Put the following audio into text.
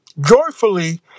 joyfully